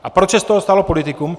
A proč se z toho stalo politikum?